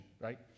right